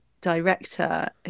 director